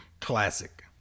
classic